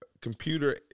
computer